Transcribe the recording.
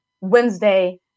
Wednesday